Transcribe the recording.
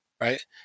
right